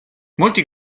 molti